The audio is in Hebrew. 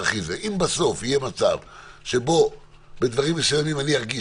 אם בסוף יהיה מצב שבו בדברים מסוימים אני ארגיש